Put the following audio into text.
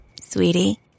Sweetie